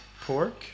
pork